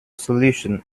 solution